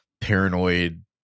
paranoid